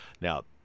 now